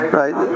right